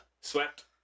Swept